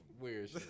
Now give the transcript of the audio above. weird